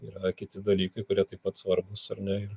yra kiti dalykai kurie taip pat svarbūs ar ne ir